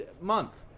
month